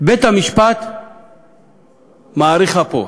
בית-המשפט מאריך אפו.